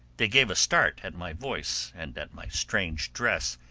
they gave a start at my voice and at my strange dress,